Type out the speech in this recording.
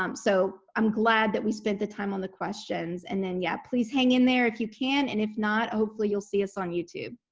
um so i'm glad that we spent the time on the questions and then yeah please hang in there if you can and if not, hopefully you'll see us on youtube.